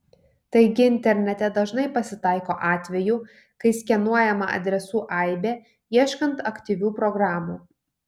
taigi internete dažnai pasitaiko atvejų kai skenuojama adresų aibė ieškant aktyvių programų